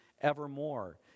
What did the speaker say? evermore